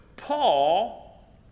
Paul